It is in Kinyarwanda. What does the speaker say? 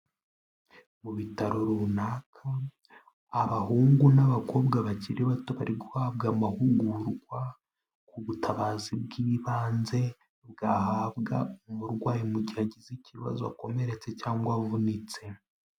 Mu bitaro runaka, abahungu n'abakobwa bakiri bato bari guhabwa amahugurwa, ku butabazi bw'ibanze, bwahabwa umurwayi mu gihe agize ikibazo, akomeretse cyangwa avunitse.